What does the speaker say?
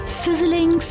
sizzling